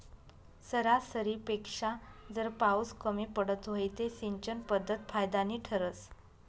सरासरीपेक्षा जर पाउस कमी पडत व्हई ते सिंचन पध्दत फायदानी ठरस